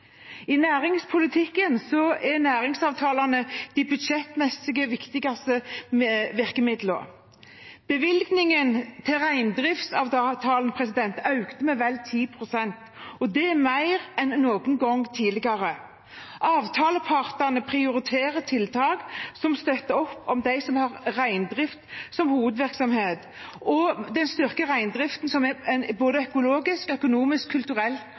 I næringspolitikken er næringsavtalene de budsjettmessig viktigste virkemidlene. Bevilgningen til reindriftsavtalen økte med vel 10 pst., og det er mer enn noen gang tidligere. Avtalepartene prioriterer tiltak som støtter opp om dem som har reindrift som hovedvirksomhet, og det styrker reindriften, som er en både økologisk, økonomisk,